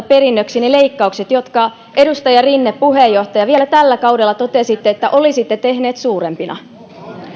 perinnöksi ne leikkaukset joista puheenjohtaja edustaja rinne vielä tällä kaudella totesitte että olisitte tehneet suurempina